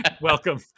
Welcome